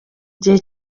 igihe